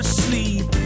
sleep